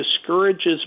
discourages